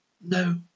No